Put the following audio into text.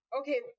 Okay